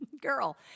girl